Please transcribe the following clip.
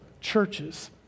churches